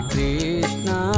Krishna